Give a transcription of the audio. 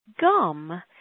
gum